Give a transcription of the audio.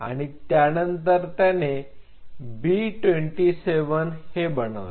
आणि त्यानंतर त्याने B27 हे बनवले